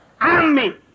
Army